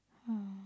uh